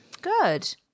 Good